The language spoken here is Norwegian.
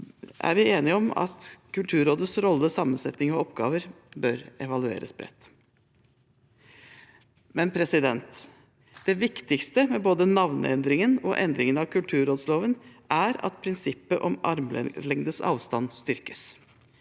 er vi enige om at Kulturrådets rolle, sammensetning og oppgaver bør evalueres bredt. Det viktigste med både navneendringen og endringen av kulturrådsloven er likevel at prinsippet om armlengdes avstand styrkes.